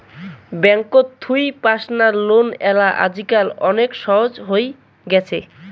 ব্যাঙ্ককোত থুই personal loan লেয়া আজিকেনা অনেক সহজ হই গ্যাছে